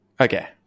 okay